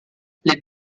les